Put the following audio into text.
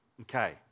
Okay